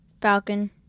Falcon